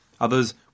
Others